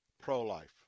pro-life